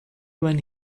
when